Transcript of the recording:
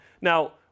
Now